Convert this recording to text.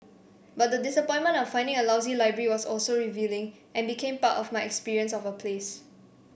but the disappointment of finding a lousy library was also revealing and became part of my experience of a place